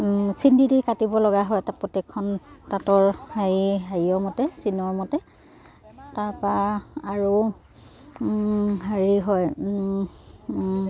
চিন দি দি কাটিব লগা হয় তাত প্ৰত্যেকখন তাঁতৰ হেৰি হেৰিয়ৰ মতে চিনৰ মতে তাৰপৰা আৰু হেৰি হয়